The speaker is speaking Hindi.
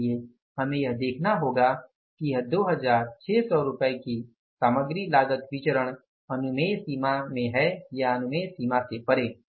इसलिए हमें यह देखना होगा कि यह 2600 रुपये की सामग्री लागत विचरण अनुमेय सीमा में है या अनुमेय सीमा से परे